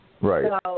Right